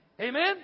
Amen